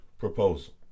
proposal